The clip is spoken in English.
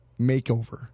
makeover